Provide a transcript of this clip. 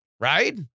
right